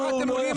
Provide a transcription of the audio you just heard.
הפרת אמונים,